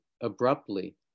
abruptly